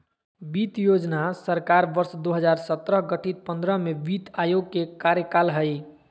वित्त योजना सरकार वर्ष दो हजार सत्रह गठित पंद्रह में वित्त आयोग के कार्यकाल हइ